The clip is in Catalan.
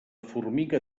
formiga